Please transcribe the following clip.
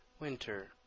Winter